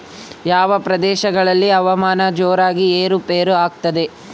ಯಾವ ಪ್ರದೇಶಗಳಲ್ಲಿ ಹವಾಮಾನ ಜೋರಾಗಿ ಏರು ಪೇರು ಆಗ್ತದೆ?